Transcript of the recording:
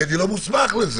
כי אני לא מוסמך לזה.